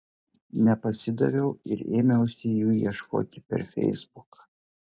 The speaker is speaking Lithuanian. nepasidaviau ir ėmiausi jų ieškoti per feisbuką